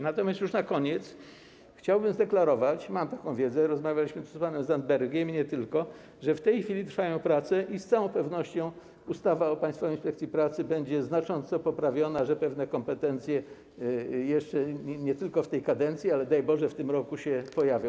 Na koniec chciałbym zdeklarować - mam taką wiedzę, rozmawialiśmy z panem Zandbergiem i nie tylko - że w tej chwili trwają prace i z całą pewnością ustawa o Państwowej Inspekcji Pracy będzie znacząco poprawiona, że pewne kompetencje jeszcze nie tylko w tej kadencji, ale daj Boże, w tym roku się pojawią.